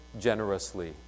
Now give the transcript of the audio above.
generously